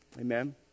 Amen